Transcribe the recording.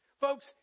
Folks